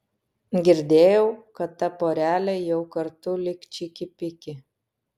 girdėjau kad ta porelė jau kartu lyg čiki piki